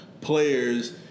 players